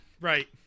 right